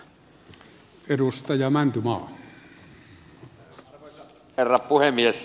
arvoisa herra puhemies